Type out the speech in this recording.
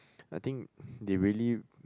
I think they really